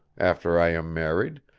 after i am married,